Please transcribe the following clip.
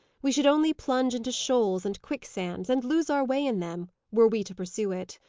we should only plunge into shoals and quicksands, and lose our way in them, were we to pursue it.